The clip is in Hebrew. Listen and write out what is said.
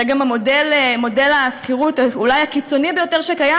זה גם מודל השכירות אולי הקיצוני ביותר שקיים,